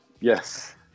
Yes